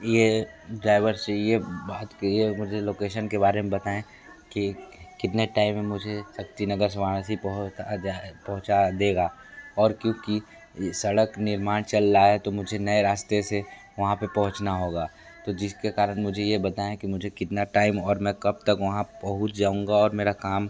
ये ड्राइवर चाहिए बात कीजिए मुझे लोकेशन के बारे में बताएं कि कितने टाइम में मुझे शक्ति नगर से वाराणसी बहुत पहुंचा देगा और क्योंकि सड़क निर्माण चल रहा है तो मुझे नए रास्ते से वहाँ पे पहुंचना होगा तो जिसके कारण मुझे ये बताएं कि मुझे कितना टाइम और मैं कब तक वहाँ पहुंच जाऊंगा और मेरा काम